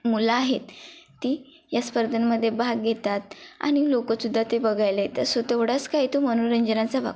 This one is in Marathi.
मुलं आहेत ती या स्पर्धांमध्ये भाग घेतात आणि लोक सुद्धा ते बघायला येतात सो तेवढाच काय तो मनोरंजनाचा भाग